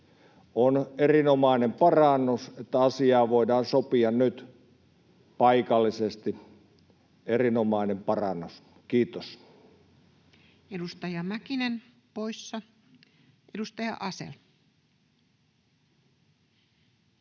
On erinomainen parannus, että asiaa voidaan sopia nyt paikallisesti, erinomainen parannus. — Kiitos. Edustaja Mäkinen poissa. — Edustaja Asell.